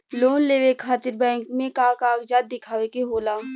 Loan लेवे खातिर bank मे का कागजात दिखावे के होला?